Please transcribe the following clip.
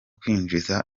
kwinjiza